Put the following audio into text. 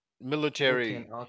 military